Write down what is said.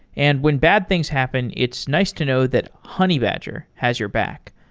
and when bad things happen, it's nice to know that honeybadger has your back.